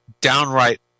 downright